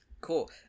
Cool